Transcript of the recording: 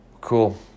Cool